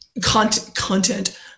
content